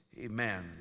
Amen